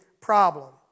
problem